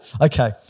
Okay